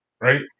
right